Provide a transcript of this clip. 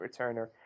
returner